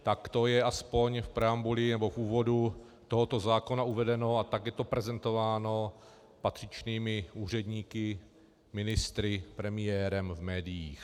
Tak to je aspoň v preambuli nebo v úvodu tohoto zákona uvedeno a tak je to prezentováno patřičnými úředníky, ministry, premiérem v médiích.